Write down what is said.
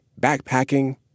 backpacking